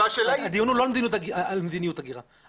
הדיון הוא לא מדיניות הגירה.